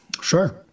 Sure